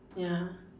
ya